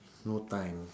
no time